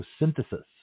photosynthesis